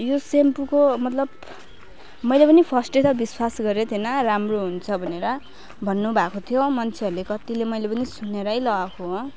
यो सेम्पोको मतलब मैले पनि फर्स्ट त विश्वास गरेको थिइनँ राम्रो हुन्छ भनेर भन्नु भएको थियो मान्छेहरूले कतिले मैले पनि सुनेर लगाएको हो